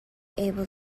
able